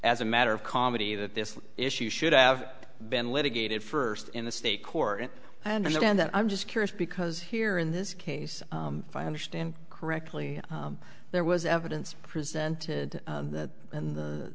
as a matter of comedy that this issue should have been litigated first in the state court and i understand that i'm just curious because here in this case if i understand correctly there was evidence presented in th